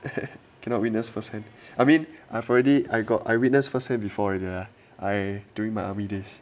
cannot witnessed first hand I mean I've already I got I witnessed first hand before it uh ah during my army days